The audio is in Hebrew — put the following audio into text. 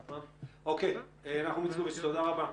נחום איצקוביץ, תודה רבה.